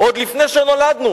עוד לפני שנולדנו,